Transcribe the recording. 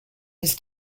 his